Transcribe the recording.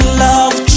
love